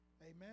Amen